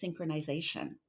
synchronization